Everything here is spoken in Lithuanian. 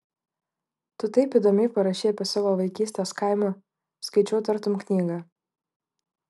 tu taip įdomiai parašei apie savo vaikystės kaimą skaičiau tartum knygą